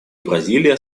бразилия